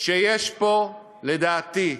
שיש פה, לדעתי,